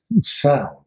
sound